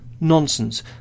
nonsense